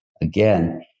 Again